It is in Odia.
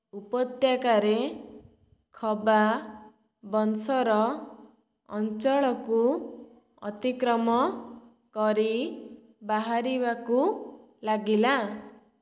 ଉପତ୍ୟକାରେ ଖବା ବଂଶର ଅଞ୍ଚଳକୁ ଅତିକ୍ରମ କରି ବାହାରିବାକୁ ଲାଗିଲା